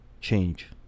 change